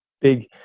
big